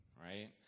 right